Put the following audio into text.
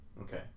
Okay